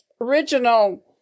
original